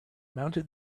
mounted